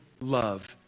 love